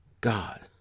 God